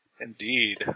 Indeed